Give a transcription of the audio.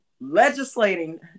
legislating